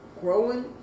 growing